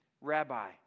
Rabbi